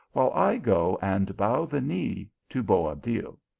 while i go and bow the knee to boabdil.